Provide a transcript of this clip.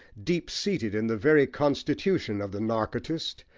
deep-seated in the very constitution of the narcotist,